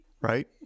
Right